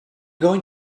going